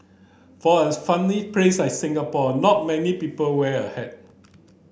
for a sunny place like Singapore not many people wear a hat